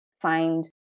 find